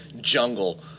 Jungle